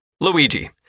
Luigi